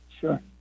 Sure